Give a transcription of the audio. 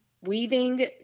weaving